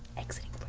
exiting